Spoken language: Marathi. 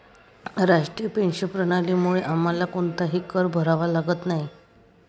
राष्ट्रीय पेन्शन प्रणालीमुळे आम्हाला कोणताही कर भरावा लागत नाही